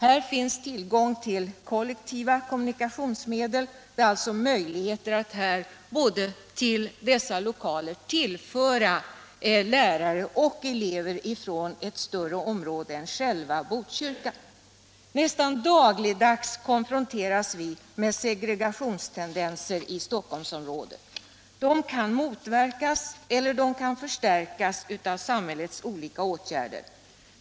Här finns tillgång till kollektiva kommunikationsmedel; det är alltså möjligt att till dessa lokaler föra både lärare och elever från ett större område än själva Botkyrka. Nästan dagligdags konfronteras vi med segretationstendenser i Stockholmsområdet. De kan motverkas eller förstärkas av samhällets olika åtgärder.